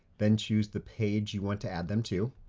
then choose the page you want to add them to.